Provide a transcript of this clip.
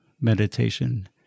meditation